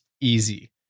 easy